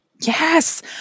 yes